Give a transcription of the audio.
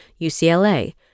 UCLA